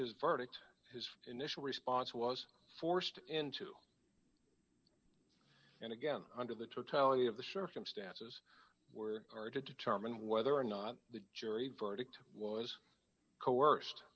his verdict his initial response was forced into and again under the totality of the circumstances were are to determine whether or not the jury verdict was coerced